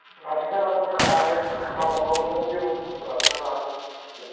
माथो खालामनो आरो गावबा गावनो बेबस्था खालामना लानांसिगोन